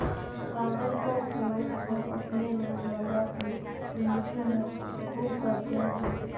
कागज का उपयोग हम अपने रोजमर्रा की जिंदगी में खूब करते हैं